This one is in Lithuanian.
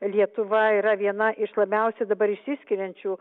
lietuva yra viena iš labiausiai dabar išsiskiriančių